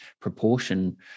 proportion